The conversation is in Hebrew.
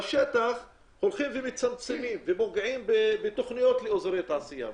בשטח הולכים ומצמצמים אותם ופוגעים בתכניות לאזורי תעשייה.